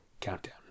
countdown